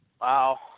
Wow